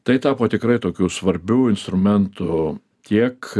tai tapo tikrai tokiu svarbiu instrumentu kiek